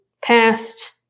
past